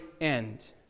end